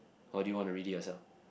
or do you want to read it yourself